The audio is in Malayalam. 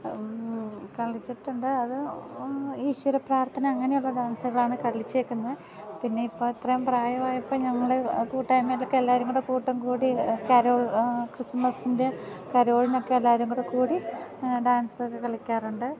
കളിച്ചിട്ടുണ്ട് അത് ഈശ്വര പ്രാർത്ഥന അങ്ങനെയുള്ള ഡാൻസ്കളാണ് കളിച്ചേക്കുന്നത് പിന്നെ ഇപ്പം ഇത്രയും പ്രായമായപ്പം ഞങ്ങൾ കൂട്ടായ്മയിലൊക്കെ എല്ലാവരും കൂടെ കൂട്ടും കൂടി കരോൾ ക്രിസ്മസിൻ്റെ കരോളിനൊക്കെ എല്ലാവരും കൂടെ കൂടി ഡാൻസൊക്കെ കളിക്കാറുണ്ട്